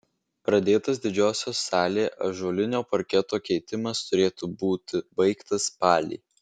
pradėtas didžiosios salė ąžuolinio parketo keitimas turėtų būti baigtas spalį